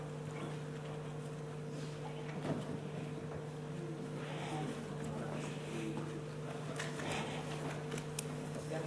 תודה